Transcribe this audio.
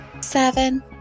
Seven